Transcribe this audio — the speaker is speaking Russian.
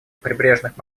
прибрежных